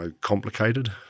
complicated